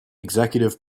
executive